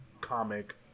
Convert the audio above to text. comic